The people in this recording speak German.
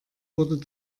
wurde